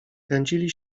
kręcili